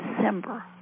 December